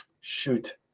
shoot